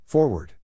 Forward